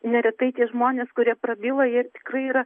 neretai tie žmonės kurie prabyla jie tikrai yra